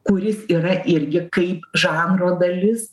kuris yra irgi kaip žanro dalis